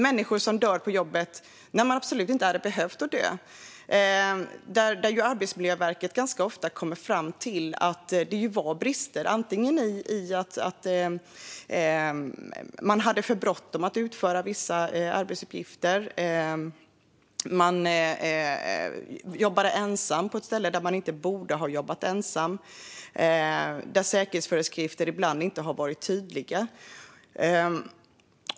Människor dör på jobbet, när de absolut inte hade behövt dö. Arbetsmiljöverket kommer ofta fram till att det fanns brister, antingen i att man har haft för bråttom att utföra vissa arbetsuppgifter eller i att man har jobbat ensam där man inte borde ha jobbat ensam. Säkerhetsföreskrifter har ibland inte varit tydliga.